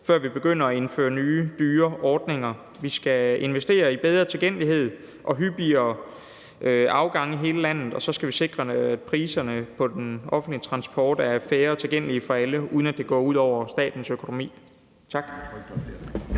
før vi begynder at indføre nye, dyre ordninger. Vi skal investere i bedre tilgængelighed og hyppigere afgange i hele landet, og så skal vi sikre, at priserne på den offentlige transport er fair og tilgængelige for alle, uden at det går ud over statens økonomi. Tak.